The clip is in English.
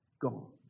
gone